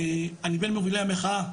אני בין מובילי המחאה.